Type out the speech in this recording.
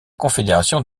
confédération